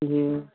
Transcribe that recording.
जी